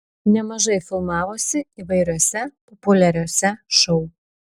nemažai filmavosi įvairiuose populiariuose šou